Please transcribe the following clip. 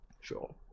sure